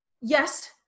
Yes